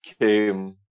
came